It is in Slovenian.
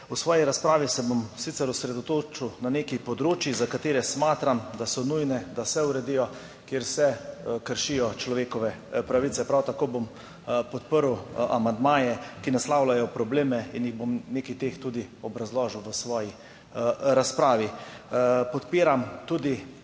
V svoji razpravi se bom sicer osredotočil na nekaj področij, za katere smatram, da so nujne, da se uredijo, kjer se kršijo človekove pravice. Prav tako bom podprl amandmaje, ki naslavljajo probleme, in jih bom nekaj teh tudi obrazložil v svoji razpravi. Podpiram tudi,